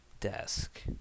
desk